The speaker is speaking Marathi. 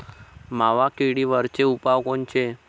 मावा किडीवरचे उपाव कोनचे?